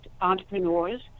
entrepreneurs